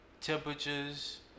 temperatures